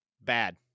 Bad